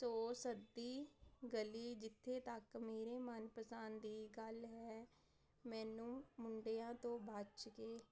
ਸੋ ਸੱਦੀ ਗਲੀ ਜਿੱਥੇ ਤੱਕ ਮੇਰੇ ਮਨਪਸੰਦੀ ਦੀ ਗੱਲ ਹੈ ਮੈਨੂੰ ਮੁੰਡਿਆਂ ਤੋਂ ਬਚ ਕੇ